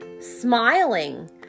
smiling